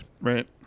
Right